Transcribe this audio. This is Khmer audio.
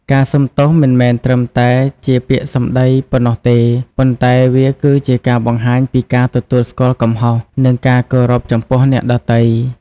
ការសុំទោសមិនមែនត្រឹមតែជាពាក្យសម្ដីប៉ុណ្ណោះទេ ប៉ុន្តែវាគឺជាការបង្ហាញពីការទទួលស្គាល់កំហុស និងការគោរពចំពោះអ្នកដទៃ។